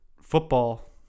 football